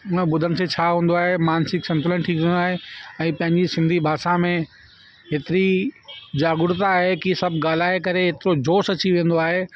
हुन ॿुधण ते छा हूंदो आहे मानसिक संतुलन ठीकु रहंदो आहे ऐं पंहिंजी सिंधी भाषा में हेतिरी जागरूकता आहे की सभ ॻाल्हाए करे जोश अची वेंदो आहे